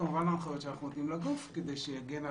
כמובן יש הנחיות שאנחנו נותנים לגוף כדי שיגן על